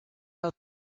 out